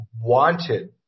wanted